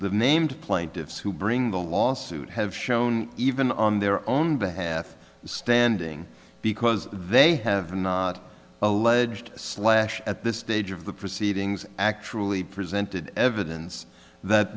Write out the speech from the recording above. the named plaintiffs who bring the lawsuit have shown even on their own behalf standing because they have an alleged slash at this stage of the proceedings actually presented evidence that